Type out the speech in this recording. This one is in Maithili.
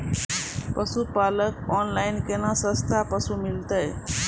पशुपालक कऽ ऑनलाइन केना सस्ता पसु मिलतै?